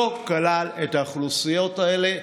לא כלל את האוכלוסיות האלה,